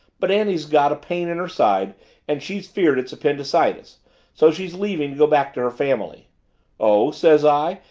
but annie's got a pain in her side and she's feared it's appendycitis so she's leaving to go back to her family oh, says i,